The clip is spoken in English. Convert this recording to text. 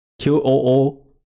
q-o-o